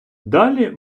далі